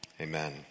amen